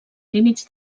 límits